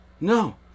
No